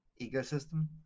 ecosystem